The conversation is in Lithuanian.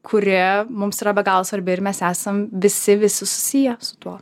kuri mums yra be galo svarbi ir mes esam visi visi susiję su tuo